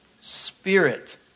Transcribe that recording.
Spirit